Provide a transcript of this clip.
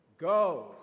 Go